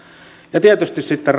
ja tietysti sitten